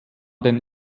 den